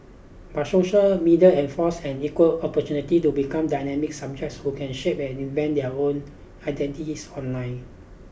but social media enforce an equal opportunity to become dynamic subjects who can shape and invent their own identities online